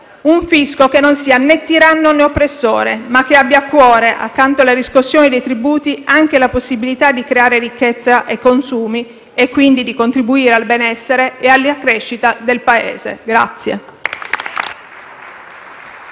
un fisco che non sia né tiranno, né oppressore, ma che abbia a cuore, accanto alla riscossione dei tributi, anche la possibilità di creare ricchezza e consumi e quindi di contribuire al benessere e alla crescita del Paese.